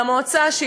והמועצה,